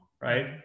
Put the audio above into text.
right